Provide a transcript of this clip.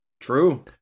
True